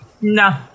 No